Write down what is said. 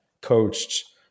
coached